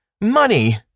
money